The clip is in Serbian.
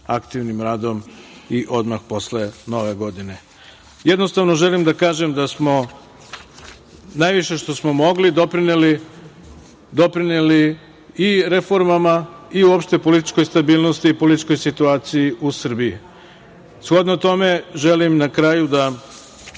aktivnim radom i odmah posle Nove godine. Jednostavno, želim da kažem da smo najviše što smo mogli doprineli i reformama i uopšte političkoj stabilnosti i političkoj stabilnosti u Srbiji. Shodno tome, na kraju